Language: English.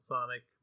Sonic